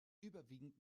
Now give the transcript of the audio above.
überwiegend